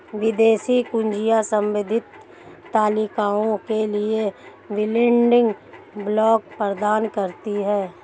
विदेशी कुंजियाँ संबंधित तालिकाओं के लिए बिल्डिंग ब्लॉक प्रदान करती हैं